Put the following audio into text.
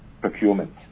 procurement